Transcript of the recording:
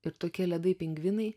ir tokie ledai pingvinai